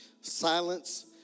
Silence